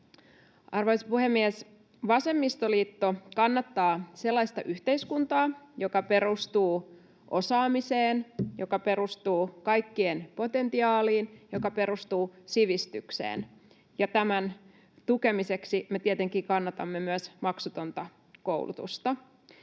Arvoisa puhemies! Vasemmistoliitto kannattaa sellaista yhteiskuntaa, joka perustuu osaamiseen, joka perustuu kaikkien potentiaaliin, joka perustuu sivistykseen, ja tämän tukemiseksi me tietenkin kannatamme myös maksutonta koulutusta.